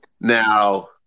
Now